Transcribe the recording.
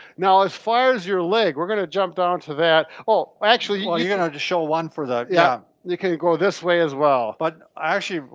now, as far as your leg. we're going to jump down to that, oh actually. oh, you're gonna have to show one for that. yeah you can go this way as well. but i actually,